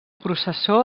processó